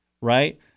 Right